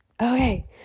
okay